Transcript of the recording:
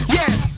yes